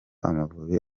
amavubi